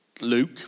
Luke